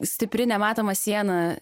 stipri nematoma siena